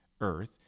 Earth